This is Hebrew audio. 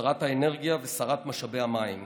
שרת האנרגיה ושרת משאבי המים,